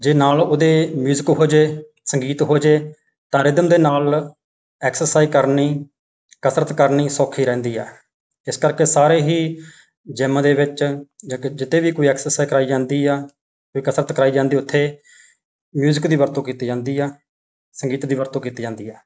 ਜੇ ਨਾਲ ਉਹਦੇ ਮਿਊਜ਼ਿਕ ਹੋ ਜੇ ਸੰਗੀਤ ਹੋ ਜੇ ਤਾਂ ਰਿਧਮ ਦੇ ਨਾਲ ਐਕਸਰਸਾਈਜ਼ ਕਰਨੀ ਕਸਰਤ ਕਰਨੀ ਸੌਖੀ ਰਹਿੰਦੀ ਆ ਇਸ ਕਰਕੇ ਸਾਰੇ ਹੀ ਜਿਮ ਦੇ ਵਿੱਚ ਜਾਂ ਕ ਜਿੱਥੇ ਵੀ ਕੋਈ ਐਕਸਰਸਾਈਜ ਕਰਵਾਈ ਜਾਂਦੀ ਆ ਕੋਈ ਕਸਰਤ ਕਰਵਾਈ ਜਾਂਦੀ ਉੱਥੇ ਮਿਊਜਿਕ ਦੀ ਵਰਤੋਂ ਕੀਤੀ ਜਾਂਦੀ ਆ ਸੰਗੀਤ ਦੀ ਵਰਤੋਂ ਕੀਤੀ ਜਾਂਦੀ ਆ